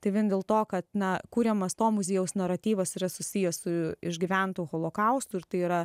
tai vien dėl to kad na kuriamas to muziejaus naratyvas yra susijęs su išgyventu holokaustu ir tai yra